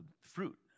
fruit